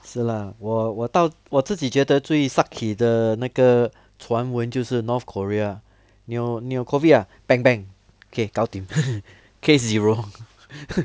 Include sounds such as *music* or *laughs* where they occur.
是 lah 我我到我自己觉得最 sat ki 的那个传闻就是 north korea ah 你有你有 COVID ah bang bang kay gao dim case zero *laughs*